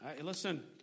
Listen